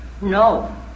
no